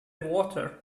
water